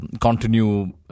continue